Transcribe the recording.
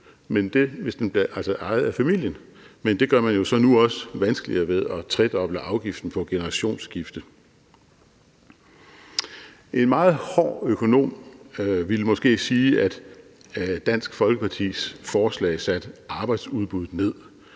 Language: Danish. virksomhed, altså ejet af familien, men det gør man jo så nu også vanskeligere ved at tredoble afgiften på generationsskifte. En meget hård økonom ville måske sige, at Dansk Folkepartis forslag satte arbejdsudbuddet ned,